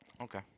Okay